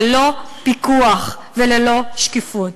ללא פיקוח וללא שקיפות.